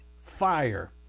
fire